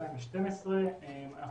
מידע.